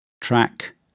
Track